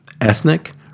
Ethnic